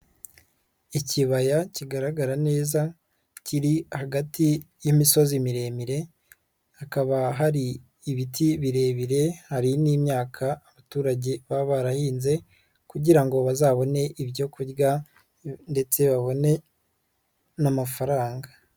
Ikibaya kigaragara neza kiri hagati y'imisozi miremire hakaba hari ibiti birebire hari n'imyaka abaturage baba barahinze kugira ngo bazabone ibyo kurya ndetse babone n'amafaranga.